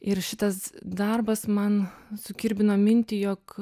ir šitas darbas man sukirbino mintį jog